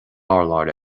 urlár